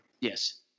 Yes